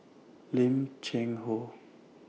Lim Cheng Hoe